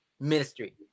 ministry